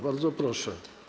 Bardzo proszę.